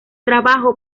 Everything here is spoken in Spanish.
trabajo